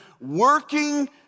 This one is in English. working